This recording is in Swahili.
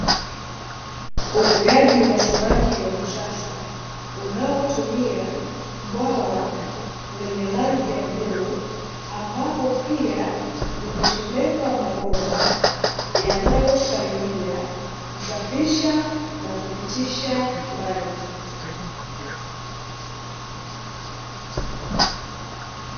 Ufugaji wa samaki wa kisasa, unaotumia bwawa lenye rangi ya bluu, ambapo pia limechomekwa mabomba, yanayosaidia kusafisha na kupitisha maji.